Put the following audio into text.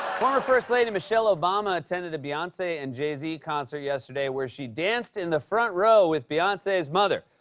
former first lady michelle obama attended a beyonce and jay-z yeah concert yesterday where she danced in the front row with beyonce's mother.